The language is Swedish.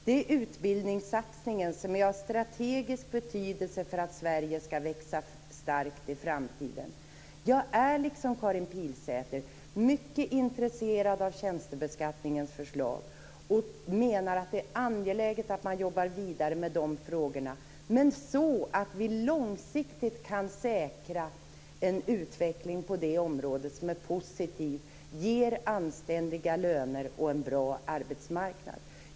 Det handlar om utbildningssatsningen som är av strategisk betydelse för att Sverige skall växa starkt i framtiden. Jag är, liksom Karin Pilsäter, mycket intresserad av Tjänstebeskattningsutredningens förslag och menar att det är angeläget att man jobbar vidare med dessa frågor. Men det måste ske så att vi långsiktigt kan säkra en utveckling på det området som är positiv, ger anständiga löner och en bra arbetsmarknad.